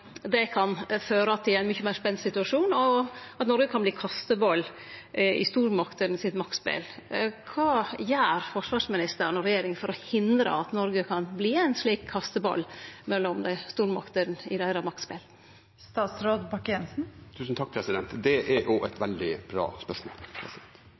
Noreg kan verte kasteball i maktspelet til stormaktene. Kva gjer forsvarsministeren og regjeringa for å hindre at Noreg kan verte ein slik kasteball mellom stormaktene i deira maktspel? Det er også et veldig bra spørsmål. Jeg er grunnleggende uenig i de fleste av analysene til oberstløytnant og